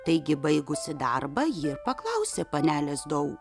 taigi baigusi darbą ji paklausė panelės dau